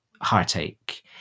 heartache